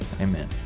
Amen